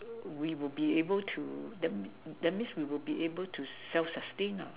we will be able to that means that means we will be able to self sustain